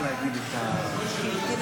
ועדת הכנסת החליטה בישיבתה היום כי הצעות